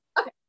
Okay